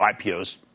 IPOs